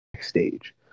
stage